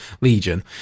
legion